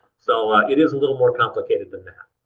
so it is a little more complicated than that.